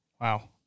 Wow